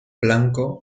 blanco